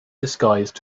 disguised